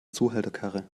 zuhälterkarre